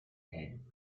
tank